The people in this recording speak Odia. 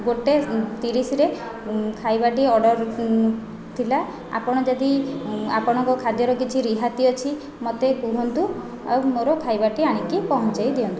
ଗୋଟେ ତିରିଶରେ ଖାଇବାଟି ଅର୍ଡ଼ର ଥିଲା ଆପଣ ଯଦି ଆପଣଙ୍କ ଖାଦ୍ୟର କିଛି ରିହାତି ଅଛି ମୋତେ କୁହନ୍ତୁ ଆଉ ମୋ'ର ଖାଇବାଟି ଆଣିକି ପହୁଞ୍ଚାଇ ଦିଅନ୍ତୁ